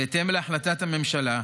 בהתאם להחלטת הממשלה,